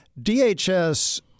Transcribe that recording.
DHS